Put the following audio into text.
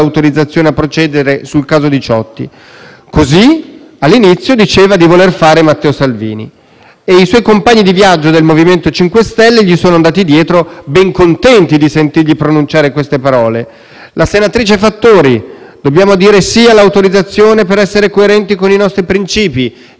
e i suoi compagni di viaggio, del MoVimento 5 Stelle, gli sono andati dietro, ben contenti di sentirgli pronunciare queste parole. La senatrice Fattori: «Dobbiamo dire sì all'autorizzazione per essere coerenti con i nostri principi» (e forse sarà l'unica del MoVimento 5 Stelle che alla fine la voterà); il presidente della Commissione cultura della Camera Luigi Gallo: